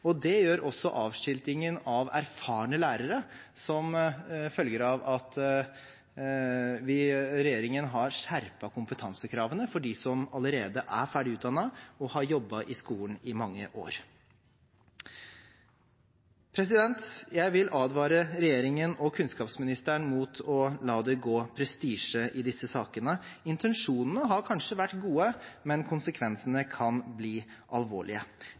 framover. Det gjør også avskiltingen av erfarne lærere som følge av at regjeringen har skjerpet kompetansekravene for dem som allerede er ferdig utdannet og har jobbet i skolen i mange år. Jeg vil advare regjeringen og kunnskapsministeren mot å la det gå prestisje i disse sakene. Intensjonen har kanskje vært god, men konsekvensene kan bli alvorlige.